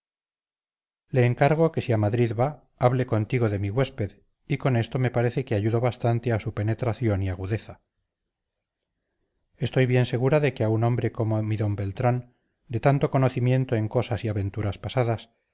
le encargo que si a madrid va hable contigo de mi huésped y con esto me parece que ayudo bastante a su penetración y agudeza estoy bien segura de que a un hombre como mi d beltrán de tanto conocimiento en cosas y aventuras pasadas